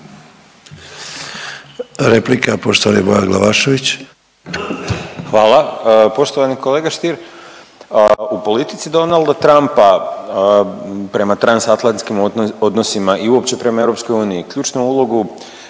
**Glavašević, Bojan (Nezavisni)** Hvala. Poštovani kolega Stier, u politici Donalda Trumpa prema transatlantskim odnosima i uopće prema EU ključnu ulogu